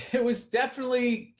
it was definitely,